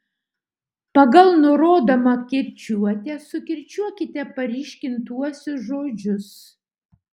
pagal nurodomą kirčiuotę sukirčiuokite paryškintuosius žodžius